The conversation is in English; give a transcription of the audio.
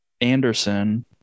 Anderson